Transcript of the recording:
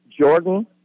Jordan